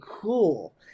cool